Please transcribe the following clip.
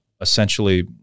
essentially